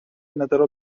another